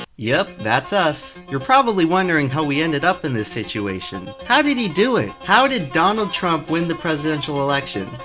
yep, that's u ah s. you're probably wondering how we ended up in this situation. how did he do it? how did donald trump win the presidential election?